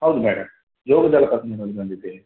ಹೌದು ಮೇಡಮ್ ಜೋಗ ಜಲಪಾತ ನೋಡಲು ಬಂದಿದ್ದೇನೆ